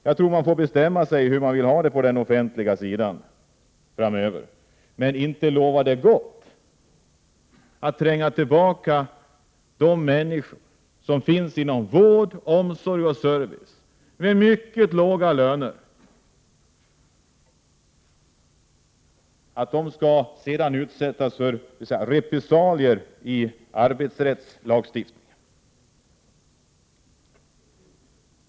Man får nog bestämma sig för hur man vill ha det på den offentliga sidan, men inte bådar det gott att hålla tillbaka de människor som arbetar inom vård, omsorg och service, som har mycket låga löner, och utsätta dem för repressalier i arbetsrättslagstiftningen.